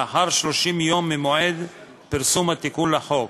לאחר 30 יום ממועד פרסום התיקון לחוק,